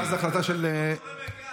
אני אומר, מאז ההחלטה של, לא חברי מרכז.